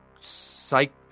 psych